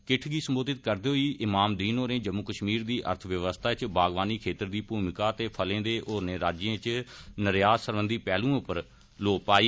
किटठ गी सम्बोधित करदे होई इमामदीन होरें जम्मू कश्मीर दी अर्थ व्यवस्था इच बागबानी खेत्तर दी भूमिका ते फले दे होरने राज्यें इच इसी निर्यात सरबंधी पैहलुएं पर लौऽ पायी